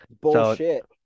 Bullshit